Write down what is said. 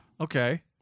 Okay